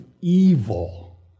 evil